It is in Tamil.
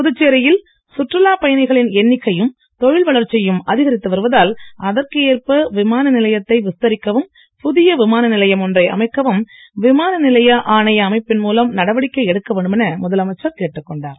புதுச்சேரியில் பயணிகளின் எண்ணிக்கையும் தொழில் வளர்ச்சியும் அதிகரித்து வருவதால் அதற்கு ஏற்ப விமான நிலையத்தை விஸ்தரிக்கவும் புதிய விமான நிலையம் ஒன்றை அமைக்கவும் விமான நிலைய ஆணைய அமைப்பின் மூலம் நடவடிக்கை எடுக்க வேண்டும் என முதலமைச்சர் கேட்டுக் கொண்டார்